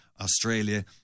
Australia